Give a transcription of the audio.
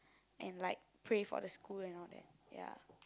and like pray for the school and all that